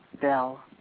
Bell